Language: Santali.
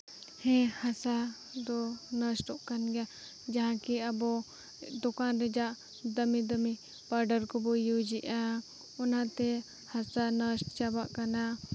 ᱦᱮᱸ ᱦᱟᱥᱟ ᱫᱚ ᱱᱚᱥᱴᱚᱜ ᱠᱟᱱ ᱜᱮᱭᱟ ᱡᱟᱦᱟᱸ ᱠᱤ ᱟᱵᱚ ᱫᱚᱠᱟᱱ ᱨᱮᱭᱟᱜ ᱫᱟᱹᱢᱤ ᱫᱟᱹᱢᱤ ᱯᱟᱣᱰᱟᱨ ᱠᱚᱵᱚᱱ ᱤᱭᱩᱡᱽ ᱮᱫᱟ ᱚᱱᱟᱛᱮ ᱦᱟᱥᱟ ᱱᱚᱥᱴᱚ ᱪᱟᱵᱟᱜ ᱠᱟᱱᱟ